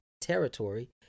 territory